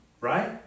Right